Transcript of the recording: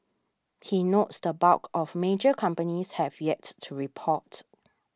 he notes the bulk of major companies have yet to report